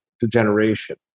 degeneration